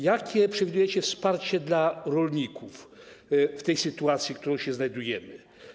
Jakie przewidujecie wsparcie dla rolników w tej sytuacji, w której się znajdujemy?